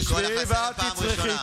רבה, חברת הכנסת נעמה לזימי.